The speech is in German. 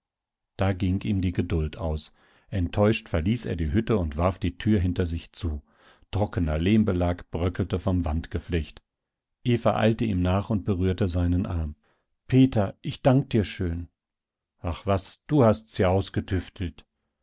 da ging ihm die geduld aus enttäuscht verließ er die hütte und warf die tür hinter sich zu trockener lehmbelag bröckelte vom wandgeflecht eva eilte ihm nach und berührte seinen arm peter ich dank dir schön ach was du hast's ja ausgetüftelt